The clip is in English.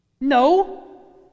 No